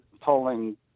polling